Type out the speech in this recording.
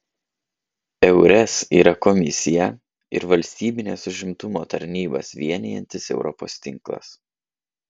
eures yra komisiją ir valstybines užimtumo tarnybas vienijantis europos tinklas